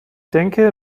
denke